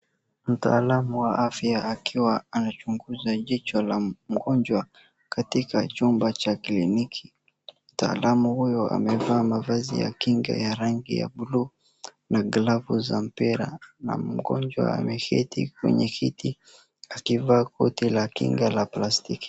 Mtaalamu wa afya akiwa anachunguza jicho la mgonjwa katika chumba cha kliniki. Mtaalamu huyu amevaa mavazi ya kinga ya rangi ya bluu na glavu za mpira, na mgonjwa ameketi kwenye kiti akivaa koti la kinga la plastiki.